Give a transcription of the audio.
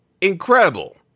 Incredible